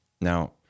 Now